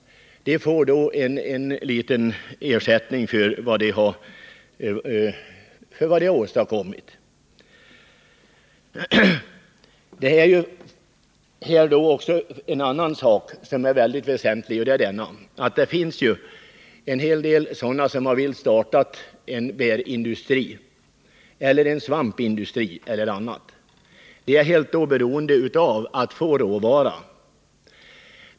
Vederbörande skulle då samtidigt kunna få litet ersättning för vad de har åstadkommit. En annan sak som är mycket väsentlig är att någon har velat starta en bäreller svampindustri. Dessa personer är helt beroende av att få råvara.